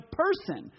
person